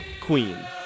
Queen